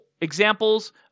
examples